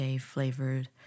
flavored